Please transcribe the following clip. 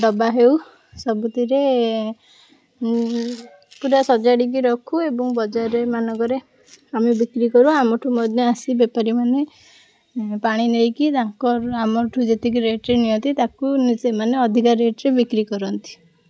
ଡବା ହେଉ ସବୁଥିରେ ପୁରା ସଜାଡ଼ିକି ରଖୁ ଏବଂ ବଜାର ମାନଙ୍କରେ ଆମେ ବିକ୍ରି କରୁ ଆମଠୁ ମଧ୍ୟ ଆସି ବେପାରୀମାନେ ପାଣି ନେଇକି ତାଙ୍କର ଆମଠୁ ଯେତିକି ରେଟ୍ରେ ନିଅନ୍ତି ତାକୁ ସେମାନେ ଅଧିକା ରେଟ୍ରେ ବିକ୍ରି କରନ୍ତି